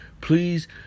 Please